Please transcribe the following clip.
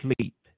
sleep